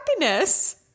happiness